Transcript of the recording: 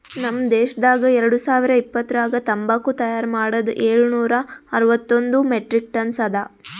ನಮ್ ದೇಶದಾಗ್ ಎರಡು ಸಾವಿರ ಇಪ್ಪತ್ತರಾಗ ತಂಬಾಕು ತೈಯಾರ್ ಮಾಡದ್ ಏಳು ನೂರಾ ಅರವತ್ತೊಂದು ಮೆಟ್ರಿಕ್ ಟನ್ಸ್ ಅದಾ